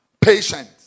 patient